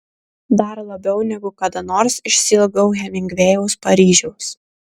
dar labiau negu kada nors išsiilgau hemingvėjaus paryžiaus